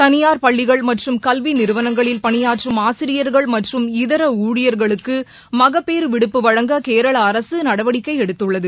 தனியார் பள்ளிகள் மற்றும் கல்வி நிறுவனங்களில் பணியாற்றும் ஆசிரியர்கள் மற்றும் இதர ஊழியர்களுக்கு மகப்பேறு விடுப்பு வழங்க கேரள அரசு நடவடிக்கை எடுத்துள்ளது